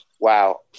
wow